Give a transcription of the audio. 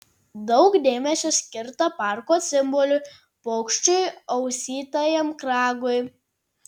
daug dėmesio skirta parko simboliui paukščiui ausytajam kragui